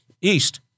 east